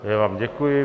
Já vám děkuji.